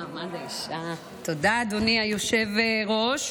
להכנתה לקריאה השנייה והשלישית.